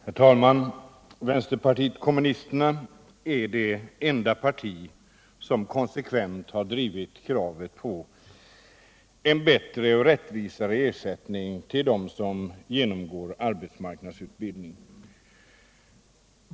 Herr talman! Vänsterpartiet kommunisterna är det enda parti som konsekvent har drivit kravet på en bättre och rättvisare ersättning till dem som genomgår arbetsmarknadsutbildning.